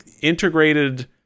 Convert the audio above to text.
integrated